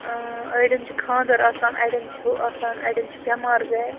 أڑٮ۪ن چھِ خانٛدَر آسان اَڑٮ۪ن چھُ ہہ آسان اَڑٮ۪ن چھُ بٮ۪مار گَرِ